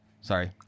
Sorry